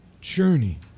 journey